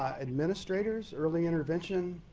administrators, early intervention